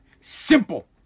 Simple